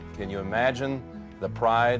can you imagine the pride